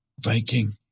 Viking